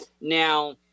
now